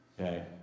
okay